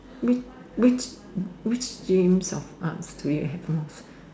which which which James of arts do you have most